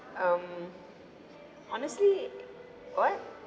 um honestly what